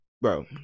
bro